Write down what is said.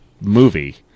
movie